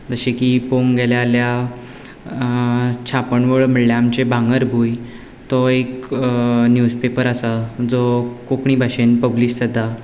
जशे की पळोवंक गेले जाल्यार छापणवळ म्हणले जाल्यार आमचें भांगरभूंय तो एक निव्जपेपर आसा जो कोंकणी भाशेन पब्लीश जाता